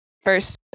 first